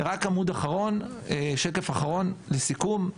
שקף אחרון לסיכום.